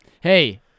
Hey